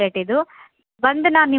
ಹಾಂ ಹಾಂಗೆ ಮಾಡಿರಿ ಜ